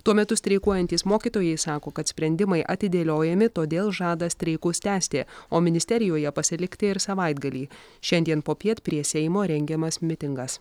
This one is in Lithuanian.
tuo metu streikuojantys mokytojai sako kad sprendimai atidėliojami todėl žada streikus tęsti o ministerijoje pasilikti ir savaitgalį šiandien popiet prie seimo rengiamas mitingas